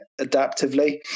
adaptively